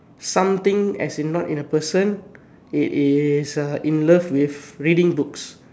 something as in not in a person it is uh in love with reading books